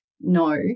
No